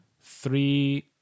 three